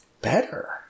better